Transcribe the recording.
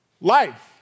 life